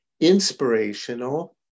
inspirational